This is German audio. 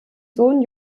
sohn